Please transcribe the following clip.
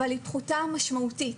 אבל היא פחותה משמעותית.